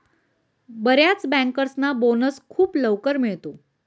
बर्याच बँकर्सना बोनस खूप लवकर मिळतो